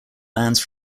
bands